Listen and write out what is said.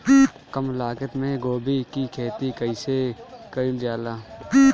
कम लागत मे गोभी की खेती कइसे कइल जाला?